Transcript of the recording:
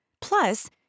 Plus